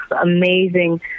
amazing